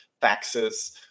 taxes